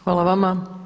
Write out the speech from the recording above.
Hvala vama.